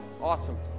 Awesome